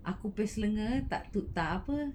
aku punya selenge tak tu~ tak apa